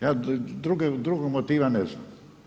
Ja drugog motiva ne znam.